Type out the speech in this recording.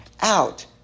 out